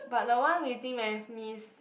but the one with